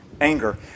anger